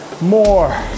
more